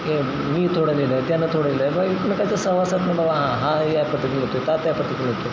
हे मी थोडं लिहिलं त्यांनं थोडं लिहिलं बा एकमेकाच्या सहवासातून बाबा हां हा या पद्धतीनं लिहितो आहे ता त्या पद्धतीनं लिहितो आहे